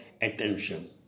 attention